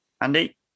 Andy